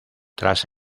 tras